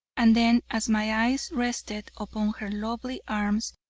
and then as my eyes rested upon her lovely arms,